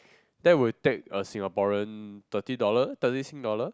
that would take a Singaporean thirty dollar thirty Sing dollar